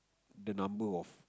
the number of